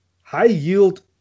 high-yield